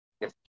Yes